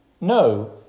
No